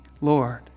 Lord